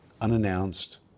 unannounced